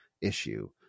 issue